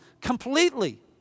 completely